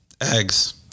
eggs